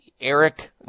Eric